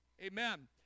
Amen